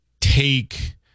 take